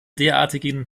derartigen